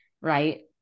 right